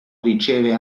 riceve